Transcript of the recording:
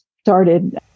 started